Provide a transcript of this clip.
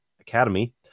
Academy